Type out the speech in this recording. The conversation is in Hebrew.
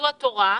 זו התורה,